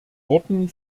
worten